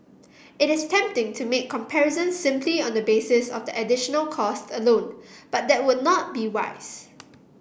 it is tempting to make comparisons simply on the basis of the additional cost alone but that would not be wise